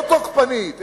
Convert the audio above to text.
לא תוקפנית,